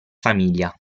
famiglia